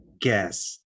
guess